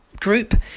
group